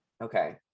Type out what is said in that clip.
Okay